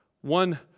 One